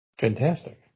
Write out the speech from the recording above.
Fantastic